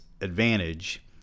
advantage